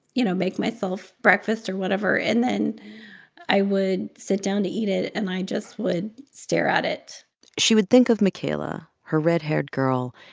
you know, make myself breakfast or whatever. and then i would sit down to eat it, and i just would stare at it she would think of makayla, her red-haired girl,